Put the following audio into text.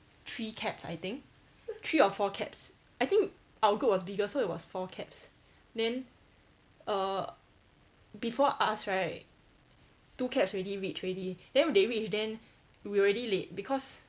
three cabs I think three or four cabs I think our group was bigger so it was four cabs then err before us right two cabs already reach already then they reached then we already late because